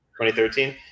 2013